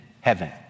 heaven